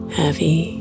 heavy